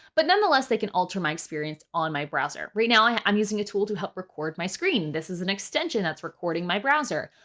but nonetheless, they can alter my experience on my browser. right now i'm using a tool to help record my screen. this is an extension that's recording my browser.